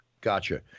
Gotcha